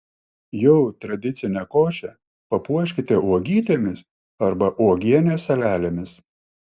jau tradicinę košę papuoškite uogytėmis arba uogienės salelėmis